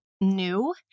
new